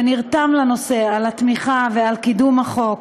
שנרתם לנושא, על התמיכה ועל קידום החוק.